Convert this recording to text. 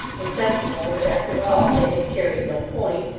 and sensible that after all they had carried no point,